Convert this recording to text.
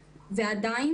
ועדיין,